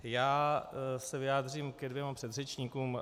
Já se vyjádřím ke dvěma předřečníkům.